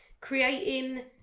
creating